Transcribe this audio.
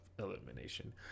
elimination